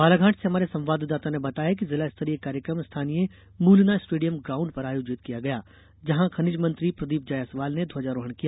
बालाघाट से हमारे संवाददाता ने बताया है कि जिला स्तरीय कार्यक्रम स्थानीय मूलना स्टेडियम गांउड पर आयोजित किया गया जहां खनिज मंत्री प्रदीप जायसवाल ने ध्वजारोहण किया